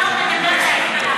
השר מדבר לעניין.